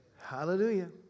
Hallelujah